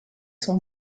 son